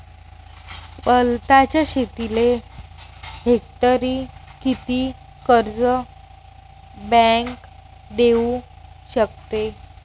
वलताच्या शेतीले हेक्टरी किती कर्ज बँक देऊ शकते?